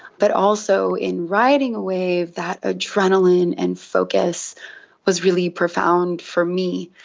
but also in riding a wave, that adrenaline and focus was really profound for me.